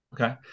Okay